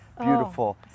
beautiful